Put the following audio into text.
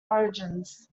origins